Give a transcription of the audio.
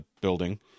building